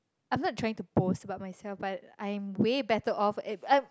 I'm not trying to boast about myself but I'm way better of at I'm